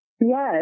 Yes